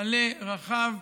מלא, רחב,